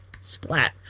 splat